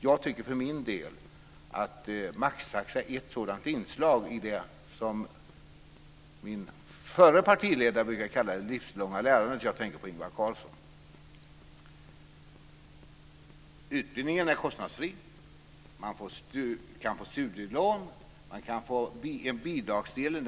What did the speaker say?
Jag tycker för min del att maxtaxa är ett sådant inslag i det som vår förre partiledare Ingvar Carlsson brukar kalla det livslånga lärandet. Utbildningen är kostnadsfri. Man kan få studielån, och vi ökar bidragsdelen.